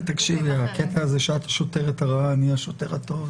הקטע הזה שאת השוטר הרע ואני השוטר הטוב,